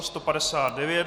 159.